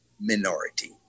minority